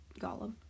Golem